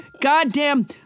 goddamn